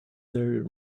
there